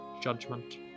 judgment